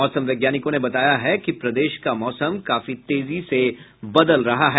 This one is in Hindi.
मौसम वैज्ञानिकों ने बताया कि प्रदेश का मौसम काफी तेजी से बदल रहा है